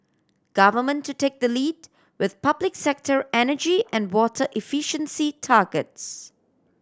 government to take the lead with public sector energy and water efficiency targets